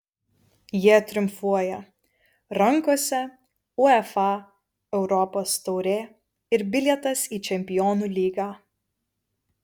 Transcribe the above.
jie triumfuoja rankose uefa europos taurė ir bilietas į čempionų lygą